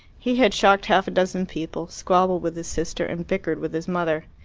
he had shocked half-a-dozen people, squabbled with his sister, and bickered with his mother.